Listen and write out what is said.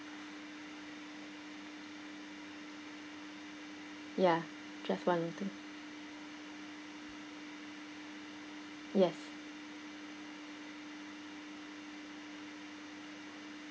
ya just one thing yes